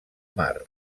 mar